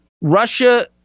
Russia